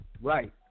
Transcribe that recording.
Right